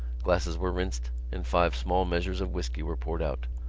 glasses were rinsed and five small measures of whisky were poured out.